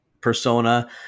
Persona